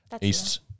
East